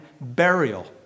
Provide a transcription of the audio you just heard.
burial